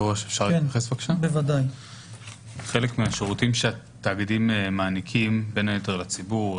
חלק מהשירותים שתאגידים מעניקים בין היתר לציבור,